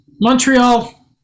Montreal